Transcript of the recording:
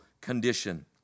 condition